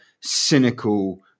cynical